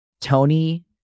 tony